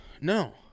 No